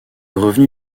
revenu